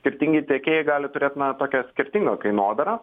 skirtingi tiekėjai gali turėt na tokią skirtingą kainodarą